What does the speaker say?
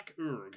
Urg